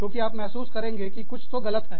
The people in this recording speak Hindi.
क्योंकि आप महसूस करेंगे कि कुछ तो गलत है